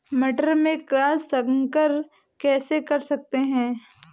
मटर में क्रॉस संकर कैसे कर सकते हैं?